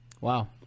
Wow